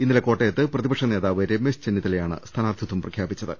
ഇന്നലെ കോട്ടയത്ത് പ്രതി പക്ഷ നേതാവ് രമേശ് ചെന്നിത്തലയാണ് സ്ഥാനാർത്ഥിത്വം പ്രഖ്യാപിച്ചത്